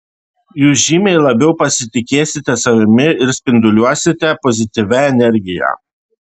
jūs žymiai labiau pasitikėsite savimi ir spinduliuosite pozityvia energija